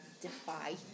defy